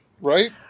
Right